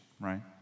right